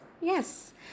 Yes